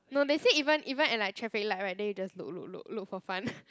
no they say even even at like traffic light [right] then you just look look look look for fun